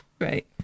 right